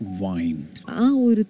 wine